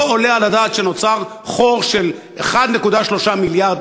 לא עולה על הדעת שנוצר חור של 1.3 מיליארד